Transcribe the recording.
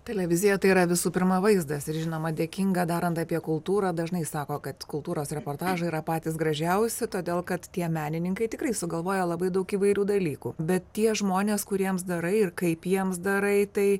televizija tai yra visų pirma vaizdas ir žinoma dėkinga darant apie kultūrą dažnai sako kad kultūros reportažai yra patys gražiausi todėl kad tie menininkai tikrai sugalvoja labai daug įvairių dalykų bet tie žmonės kuriems darai ir kaip jiems darai tai